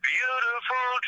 Beautiful